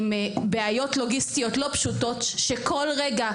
עם בעיות לוגיסטיות לא פשוטות שכל רגע,